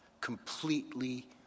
Completely